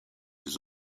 his